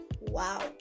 Wow